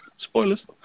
Spoilers